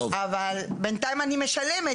אבל בנתיים אני משלמת.